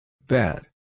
Bad